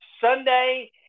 Sunday